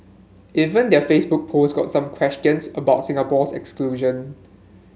even their Facebook post got some questions about Singapore's exclusion